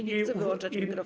Nie chcę wyłączać mikrofonu.